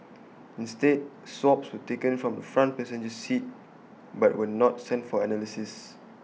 instead swabs were taken from the front passenger seat but were not sent for analysis